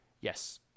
Yes